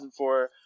2004